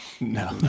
no